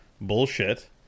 bullshit